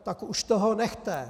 Tak už toho nechte!